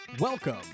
Welcome